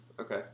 Okay